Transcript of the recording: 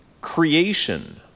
Creation